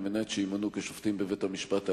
על מנת שימונו לשופטים בבית-המשפט העליון.